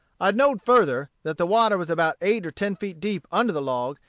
i know'd further, that the water was about eight or ten feet deep under the log,